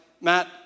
Matt